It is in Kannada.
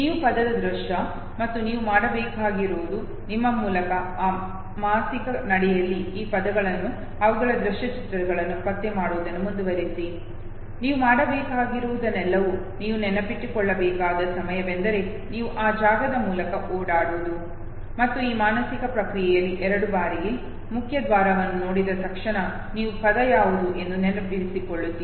ನೀವು ಪದದ ದೃಶ್ಯ ಮತ್ತು ನೀವು ಮಾಡಬೇಕಾಗಿರುವುದು ನಿಮ್ಮ ಮೂಲಕ ಆ ಮಾನಸಿಕ ನಡೆಯಲ್ಲಿ ಈ ಪದಗಳನ್ನು ಅವುಗಳ ದೃಶ್ಯ ಚಿತ್ರಗಳನ್ನು ಪತ್ತೆ ಮಾಡುವುದನ್ನು ಮುಂದುವರಿಸಿ ನೀವು ಮಾಡಬೇಕಾಗಿರುವುದೆಲ್ಲವನ್ನೂ ನೀವು ನೆನಪಿಟ್ಟುಕೊಳ್ಳಬೇಕಾದ ಸಮಯವೆಂದರೆ ನೀವು ಆ ಜಾಗದ ಮೂಲಕ ಓಡಾಡುವುದು ಮತ್ತು ಈ ಮಾನಸಿಕ ಪ್ರಕ್ರಿಯೆಯಲ್ಲಿ ಎರಡನೇ ಬಾರಿಗೆ ಮುಖ್ಯ ದ್ವಾರವನ್ನು ನೋಡಿದ ತಕ್ಷಣ ನೀವು ಪದ ಯಾವುದು ಎಂದು ನೆನಪಿಸಿಕೊಳ್ಳುತ್ತೀರಿ